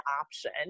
option